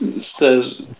says